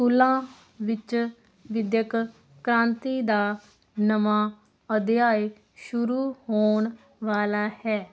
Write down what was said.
ਸਕੂਲਾਂ ਵਿੱਚ ਵਿੱਦਿਅਕ ਕ੍ਰਾਂਤੀ ਦਾ ਨਵਾਂ ਅਧਿਆਇ ਸ਼ੁਰੂ ਹੋਣ ਵਾਲਾ ਹੈ